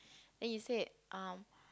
then you said um